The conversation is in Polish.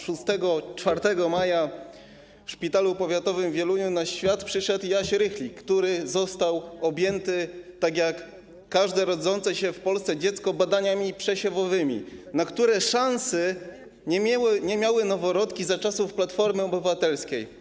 4 maja w szpitalu powiatowym w Wieluniu na świat przyszedł Jaś Rychlik, który został objęty, tak jak każde rodzące się w Polsce dziecko, badaniami przesiewowymi, na które szansy nie miały noworodki za czasów Platformy Obywatelskiej.